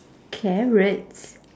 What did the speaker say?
carrots